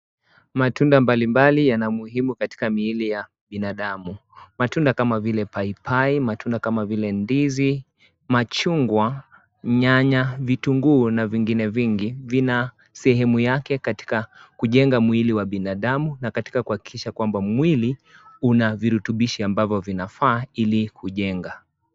Matunda mbalimbali yanaumuhimu katika miili ya binadamu matunda kama vile paipai matunda kama vile ndizi, machungwa, nyanya, vitunguu na vingine vingi vina sehemu yake katika kujenga mwili wa binadamu, na katika kuhakikisha kwamba mwili, una virutubishi ambavyo vinafaa ili kujenga.